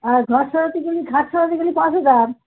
আর ঘর সাজাতে কিন্তু খাট সাজাতে কিন্তু পাঁচ হাজার